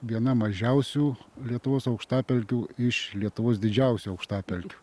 viena mažiausių lietuvos aukštapelkių iš lietuvos didžiausių aukštapelkių